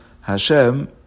Hashem